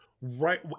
Right